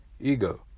Ego